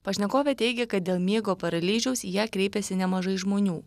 pašnekovė teigia kad dėl miego paralyžiaus į ją kreipėsi nemažai žmonių